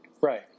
Right